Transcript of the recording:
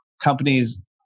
companies